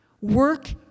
Work